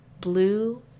blue